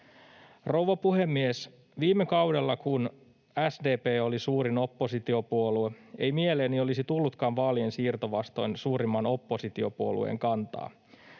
Rouva puhemies! Viime kaudella, kun SDP oli suurin oppositiopuolue, ei mieleeni olisi tullutkaan vaalien siirto vastoin suurimman oppositiopuolueen kantaa.